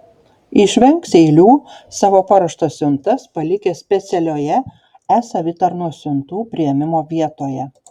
išvengs eilių savo paruoštas siuntas palikę specialioje e savitarnos siuntų priėmimo vietoje